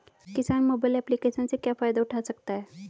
किसान mobile application से क्या फायदा उठा सकता है?